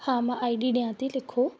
हा मां आईडी ॾियां थी लिखो